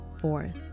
Fourth